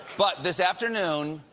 but this afternoon,